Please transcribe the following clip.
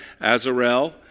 Azarel